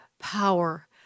power